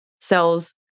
cells